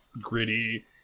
gritty